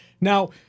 Now